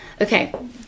Okay